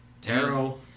Tarot